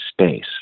space